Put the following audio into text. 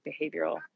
behavioral